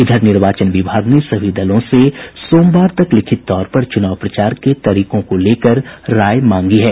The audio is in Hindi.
इधर निर्वाचन विभाग ने सभी दलों से सोमवार तक लिखित तौर पर चुनाव प्रचार के तरीकों को लेकर राय मांगी है